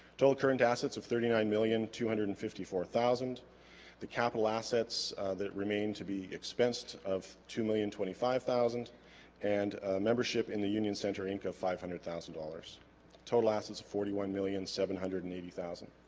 total current assets of thirty-nine million two hundred and fifty four thousand the capital assets that remain to be expensed of two million twenty five thousand and membership in the union center inc of five hundred thousand dollars total assets of forty one million seven hundred and eighty thousand